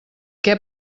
què